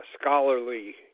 scholarly